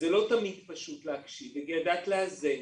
ולא תמיד פשוט להקשיב, וכי ידעת לאזן,